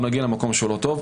למקום לא טוב.